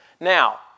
Now